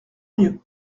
mieux